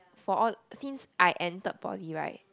for all since I entered Poly right